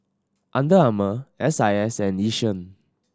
Under Armour S I S and Yishion